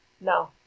No